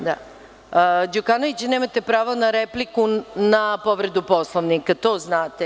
Poslaniče Đukanoviću, nemate pravo na repliku na povredu Poslovnika, to znate.